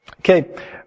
Okay